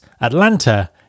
Atlanta